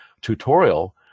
tutorial